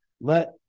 Let